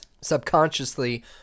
Subconsciously